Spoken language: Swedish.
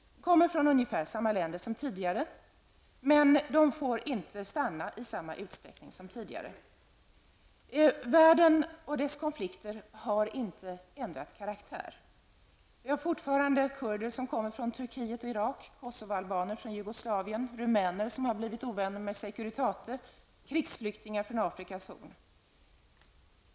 De kommer från ungefär samma länder som tidigare, men de får inte stanna i samma utsträckning som tidigare. Världen och dess konflikter har inte ändrat karaktär. Det kommer fortfarande kurder från Turkiet och Irak, Kosovoalbaner från Jugoslavien, rumäner som har blivit ovänner med Securitate och krigsflyktingar från Afrikas Horn.